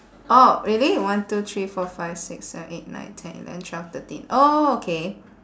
orh really one two three four five six seven eight nine ten eleven twelve thirteen oh okay